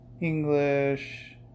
English